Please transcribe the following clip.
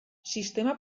sistema